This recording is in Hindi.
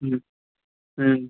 हम्म